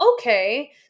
okay